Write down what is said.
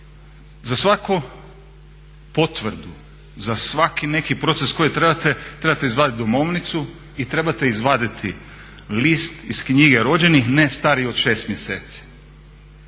Za svaku potvrdu, za svaki neki proces koji trebate, trebate izvaditi domovnicu i trebate izvaditi list iz knjige rođenih ne stariji od 6 mjeseci.